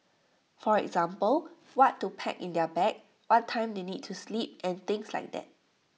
for example what to pack in their bag what time they need to sleep and things like that